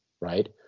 right